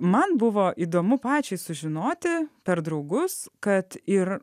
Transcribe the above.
man buvo įdomu pačiai sužinoti per draugus kad ir